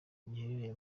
giherereye